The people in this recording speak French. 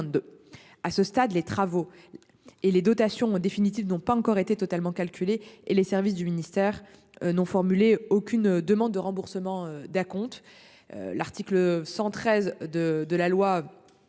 à ce stade les travaux. Et les dotations en définitive n'ont pas encore été totalement calculé et les services du ministère n'ont formulé aucune demande de remboursement d'acompte. L'article 113 de de la loi.